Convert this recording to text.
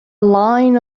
line